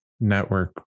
network